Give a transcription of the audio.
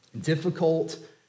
difficult